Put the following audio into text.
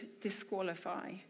disqualify